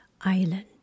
island